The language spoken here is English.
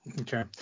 Okay